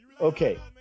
Okay